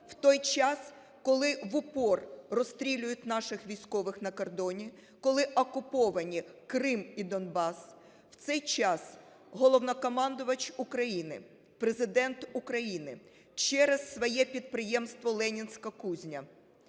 в той час, коли в упор розстрілюють наших військових на кордоні, коли окуповані Крим і Донбас, в цей час Головнокомандувач України - Президент України через своє підприємство "Ленінська кузня"